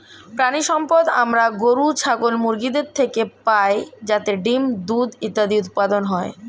প্রাণিসম্পদ আমরা গরু, ছাগল, মুরগিদের থেকে পাই যাতে ডিম্, দুধ ইত্যাদি উৎপাদন হয়